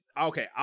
Okay